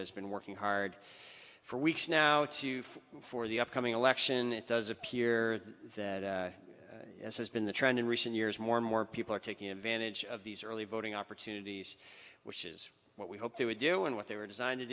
has been working hard for weeks now to feel for the upcoming election it does appear that as has been the trend in recent years more and more people are taking advantage of these early voting opportunities which is what we hoped they would do and what they were designed to